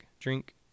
drink